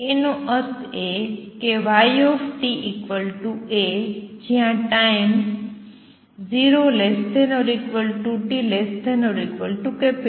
તેનો અર્થ એ કે ytA જ્યાં ટાઈમ 0 ≤ t ≤ T